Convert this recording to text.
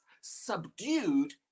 subdued